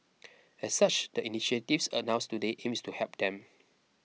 as such the initiatives announced today aims to help them